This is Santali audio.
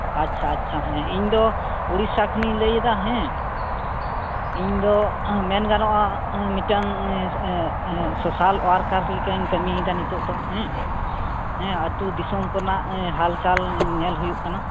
ᱟᱪᱪᱷᱟ ᱟᱪᱪᱷᱟ ᱦᱮᱸ ᱤᱧ ᱫᱚ ᱩᱲᱤᱥᱥᱟ ᱠᱷᱚᱱᱤᱧ ᱞᱟᱹᱭ ᱮᱫᱟ ᱦᱮᱸ ᱤᱧ ᱫᱚ ᱢᱮᱱ ᱜᱟᱱᱚᱜᱼᱟ ᱢᱤᱫᱴᱟᱝ ᱥᱚᱥᱟᱞ ᱚᱣᱟᱨᱠᱟᱨ ᱞᱮᱠᱟᱧ ᱠᱟᱹᱢᱤᱭᱮᱫᱟ ᱱᱤᱛᱳᱜ ᱫᱚ ᱦᱮᱸ ᱦᱮᱸ ᱟᱹᱛᱩ ᱫᱤᱥᱚᱢ ᱠᱚᱨᱮᱱᱟᱜ ᱦᱟᱞᱼᱪᱟᱞ ᱧᱮᱞ ᱦᱩᱭᱩᱜ ᱠᱟᱱᱟ